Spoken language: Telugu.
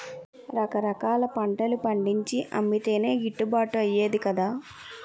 రకరకాల పంటలు పండించి అమ్మితేనే గిట్టుబాటు అయ్యేది కదా